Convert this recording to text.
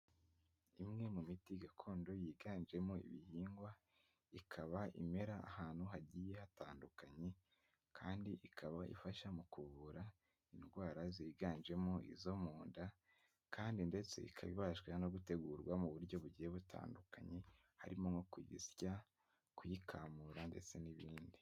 Imwe mu miti gakondo yiganjemo ibihingwa ikaba imera ahantu hagiye hatandukanye kandi ikaba ifasha mu kuvura indwara ziganjemo izo mu nda, kandi ndetse ikaba ibajwe no gutegurwa mu buryo bugiye butandukanye harimo nko kuyisya, kuyikamura ndetse n'ibindi.